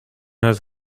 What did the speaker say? has